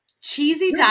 cheesy